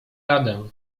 radę